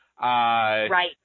Right